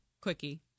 Quickie